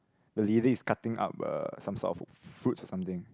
the lady is cutting up uh some sort of fruits something